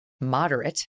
moderate